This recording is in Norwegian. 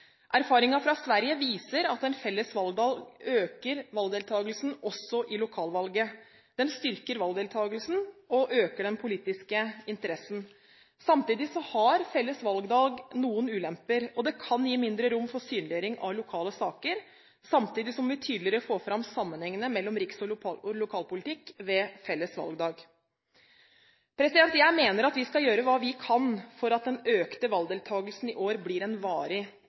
fra Sverige viser at en felles valgdag øker valgdeltakelsen også i lokalvalget, den styrker valgdeltakelsen og øker den politiske interessen. Samtidig har felles valgdag noen ulemper, og det kan gi mindre rom for synliggjøring av lokale saker, samtidig som vi tydeligere får fram sammenhengene mellom riks- og lokalpolitikk ved felles valgdag. Jeg mener vi skal gjøre hva vi kan for at den økte valgdeltakelsen i år blir en varig